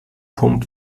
punkt